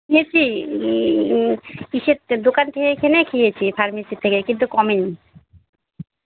খেয়েচি ইসেতে থেকে দোকান থেকে কিনে খেয়েছি ফার্মেসির থেকে কিন্তু কমে নি